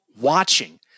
watching